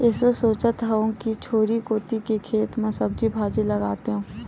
एसो सोचत हँव कि झोरी कोती के खेत म सब्जी भाजी लगातेंव